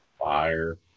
fire